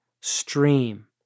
stream